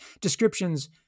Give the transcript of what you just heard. descriptions